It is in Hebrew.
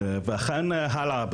ואכן הלאה,